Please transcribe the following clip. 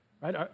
Right